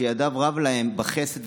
שידיו רב לו בחסד,